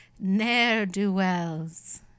ne'er-do-wells